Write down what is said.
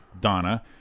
Donna